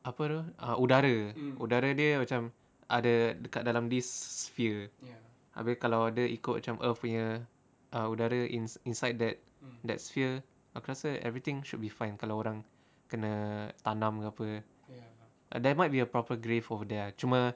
apa tu ah udara udara dia macam ada dekat dalam this sphere abeh kalau ada ikut macam earth punya udara in~ inside that sphere aku rasa everything should be fine kalau orang kena tanam ke apa there might be a proper grave for them cuma